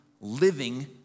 Living